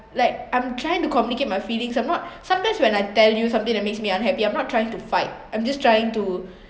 like I'm trying to communicate my feelings I’m not sometimes when I tell you something that makes me unhappy I'm not trying to fight I'm just trying to